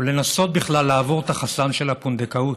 או לנסות בכלל לעבור את החסם של הפונדקאות.